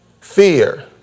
Fear